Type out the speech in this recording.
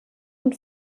und